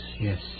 yes